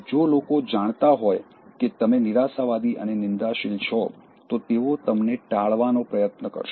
જો લોકો જાણતા હોય કે તમે નિરાશાવાદી અને નિંદાશીલ છો તો તેઓ તમને ટાળવાનો પ્રયત્ન કરશે